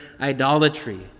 idolatry